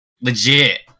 Legit